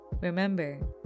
Remember